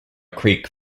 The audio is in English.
creek